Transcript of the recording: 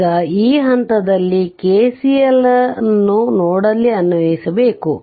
ಈಗ ಈ ಹಂತದಲ್ಲಿ KCL ಅನ್ನು ನೋಡ್ ನಲ್ಲಿ ಅನ್ವಯಿಸಿಬೇಕು